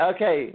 Okay